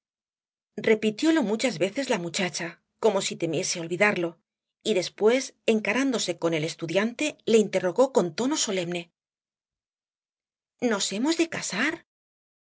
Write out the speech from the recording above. pardiñas repitiólo muchas veces la muchacha como si temiese olvidarlo y después encarándose con el estudiante le interrogó con tono solemne nos hemos de casar